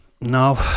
No